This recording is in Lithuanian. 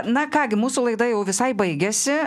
na ką gi mūsų laida jau visai baigiasi